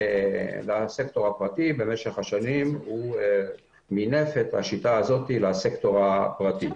לסקטור הפרטי במשך השנים מינף את השיטה הזו לסקטור הפרטי.